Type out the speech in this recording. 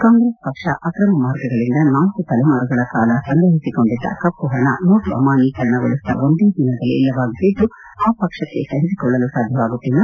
ಕಾಂಗ್ರೆಸ್ ಪಕ್ಷ ಅಕ್ರಮ ಮಾರ್ಗಗಳಿಂದ ನಾಲ್ಕು ತಲೆಮಾರುಗಳ ಕಾಲ ಸಂಗ್ರಹಿಸಿಕೊಂಡಿದ್ದ ಕಮ್ವಹಣ ನೋಟು ಅಮಾನ್ಜೀಕರಣಗೊಳಿಸಿದ ಒಂದೇ ದಿನದಲ್ಲಿ ಇಲ್ಲವಾಗಿಸಿದ್ದು ಆ ಪಕ್ಷಕ್ಕೆ ಸಹಿಸಿಕೊಳ್ಳಲು ಸಾಧ್ಯವಾಗುತ್ತಿಲ್ಲ